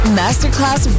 masterclass